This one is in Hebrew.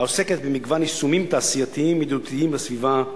העוסקת במגוון יישומים תעשייתיים ידידותיים לסביבה,